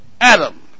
Adam